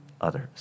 others